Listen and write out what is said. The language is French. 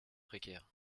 précaires